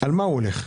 על מה הם הולכים?